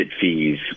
fees